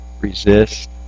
resist